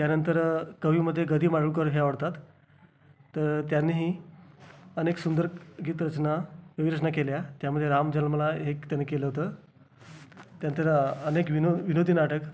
त्यानंतर कवीमध्ये ग दि माडगूळकर हे आवडतात तर त्यांनीही अनेक सुंदर गीतरचना विविध रचना केल्या त्यामध्ये राम जन्मला हे एक त्यांनी केलं होतं त्यानंतर अनेक विनो विनोदी नाटक